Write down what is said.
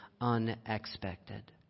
unexpected